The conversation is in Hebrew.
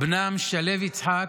בנם שלו יצחק,